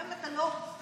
גם אם אתה לא חייב,